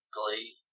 Glee